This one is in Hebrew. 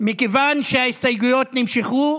מכיוון שההסתייגויות נמשכו,